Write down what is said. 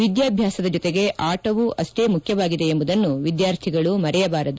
ವಿದ್ಯಾಭ್ಯಾಸದ ಜೊತೆಗೆ ಅಟವೂ ಅಷ್ಟೇ ಮುಖ್ಯವಾಗಿದೆ ಎಂಬುದನ್ನು ವಿದ್ಯಾರ್ಥಿಗಳು ಮರೆಯಬಾರದು